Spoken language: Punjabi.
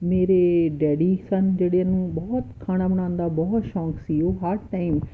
ਮੇਰੇ ਡੈਡੀ ਸਨ ਜਿਹੜੇ ਨੂੰ ਬਹੁਤ ਖਾਣਾ ਬਣਾਉਣ ਦਾ ਬਹੁਤ ਸ਼ੌਂਕ ਸੀ ਉਹ ਹਰ ਟਾਈਮ